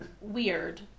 weird